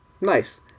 Nice